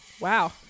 Wow